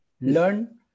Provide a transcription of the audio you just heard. Learn